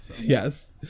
Yes